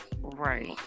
right